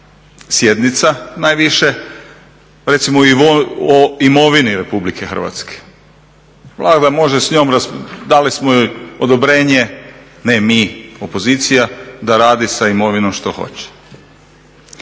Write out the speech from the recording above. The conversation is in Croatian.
sjednica najviše, recimo o imovini RH. vlada može s njom dali smo joj odobrenje, ne mi opozicija, da radi sa imovinom što hoće.